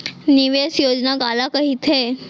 निवेश योजना काला कहिथे?